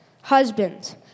Husbands